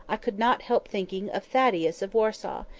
i could not help thinking of thaddeus of warsaw,